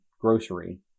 grocery